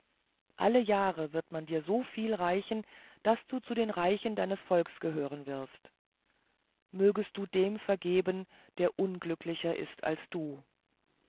alle jahre wird man dir so viel reichen daß du zu den reichen deines volks gehören wirst mögest du dem vergeben der unglücklicher ist als du